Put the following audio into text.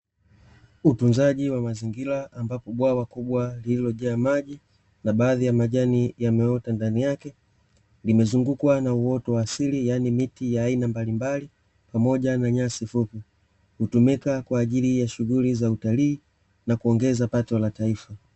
Utunzaji wa mazingira ambapo bwawa kubwa lililojaa maji na baadhi ya majani yameota ndani yake, imezungukwa na uoto wa asili yaani miti ya aina mbalimbali pamoja na nyasi fupi, hutumika kwaajili ya shughuli za utalii na kuongeza pato la taifa.https://swahili-tanzania255.web.app/assets/play-button-321e4809.png